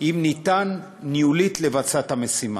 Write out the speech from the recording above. אם אפשר ניהולית לבצע את המשימה.